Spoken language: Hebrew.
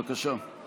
בבקשה.